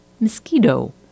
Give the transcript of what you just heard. Mosquito